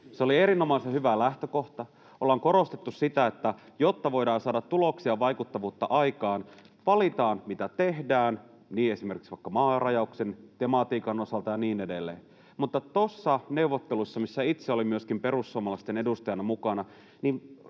Se oli erinomaisen hyvä lähtökohta. Ollaan korostettu sitä, että jotta voidaan saada tuloksia ja vaikuttavuutta aikaan, valitaan, mitä tehdään esimerkiksi vaikka maarajauksen ja tematiikan osalta ja niin edelleen, mutta tuossa neuvottelussa, missä itse myöskin olin perussuomalaisten edustajana mukana,